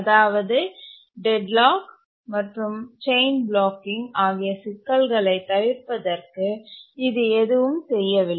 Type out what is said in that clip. அதாவது டெட்லாக் மற்றும் chain blocking ஆகிய சிக்கல்களை தவிர்ப்பதற்கு இது எதுவும் செய்யவில்லை